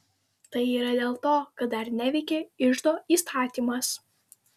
tai yra dėl to kad dar neveikia iždo įstatymas